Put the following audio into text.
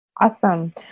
Awesome